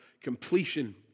completion